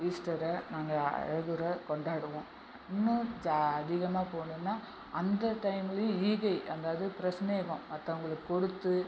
ஈஸ்டரை நாங்கள் அழகுறக் கொண்டாடுவோம் இன்னும் ச அதிகமாக போகணுன்னா அந்த டைம்லையும் ஈகை அதாவது பிரஸ்னேகம் மற்றவங்களுக்குக் கொடுத்து